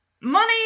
Money